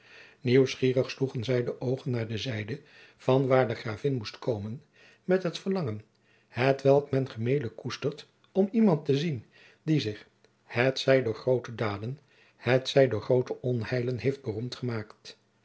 nieuwsgierig sloegen zij de oogen naar de zijde vanwaar de gravin moest komen jacob van lennep de pleegzoon met dat verlangen hetwelk men gemeenlijk koestert om iemand te zien die zich het zij door groote daden het zij door groote onheilen heeft beroemd gemaakt